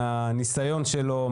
למדתי מהניסיון שלו,